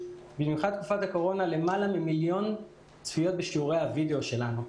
במיוחד בתקופת הקורונה יש למעלה ממיליון צפיות בשיעורי הווידאו שלנו.